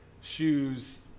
shoes